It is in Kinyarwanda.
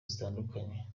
zitandukanye